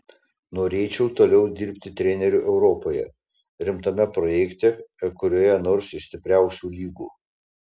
norėčiau toliau dirbti treneriu europoje rimtame projekte kurioje nors iš stipriausių lygų